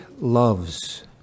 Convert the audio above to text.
loves